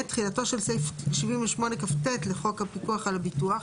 (ב) תחילתו של סעיף 78כט לחוק הפיקוח על הביטוח,